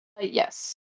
Yes